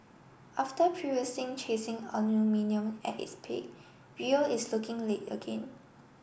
after previous chasing aluminium at its peak Rio is looking late again